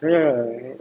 ya